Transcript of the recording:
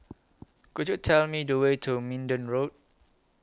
Could YOU Tell Me The Way to Minden Road